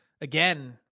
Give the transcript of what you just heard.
again